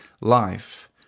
life